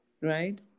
right